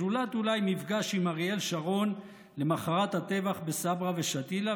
זולת אולי מפגש עם אריאל שרון למוחרת הטבח בסברה ושתילה,